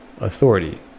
authority